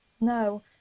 No